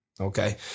Okay